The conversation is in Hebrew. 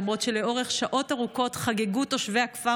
למרות שלאורך שעות ארוכות חגגו תושבי הכפר